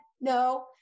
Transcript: No